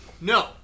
No